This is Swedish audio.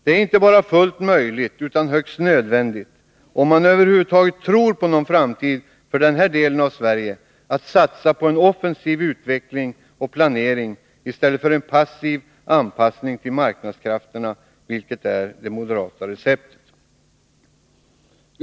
Det är inte bara fullt möjligt utan högst nödvändigt — om man över huvud taget tror på någon framtid för denna del av Sverige — att satsa på en offensiv utveckling och planering i stället för en passiv anpassning till marknadskrafterna, vilket är det moderata receptet.